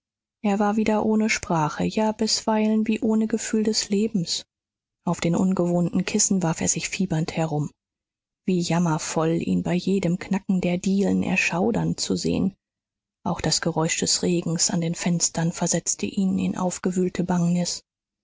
er war wieder ohne sprache ja bisweilen wie ohne gefühl des lebens auf den ungewohnten kissen warf er sich fiebernd herum wie jammervoll ihn bei jedem knacken der dielen erschaudern zu sehen auch das geräusch des regens an den fenstern versetzte ihn in aufgewühlte bangnis